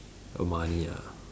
err money ah